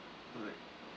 correct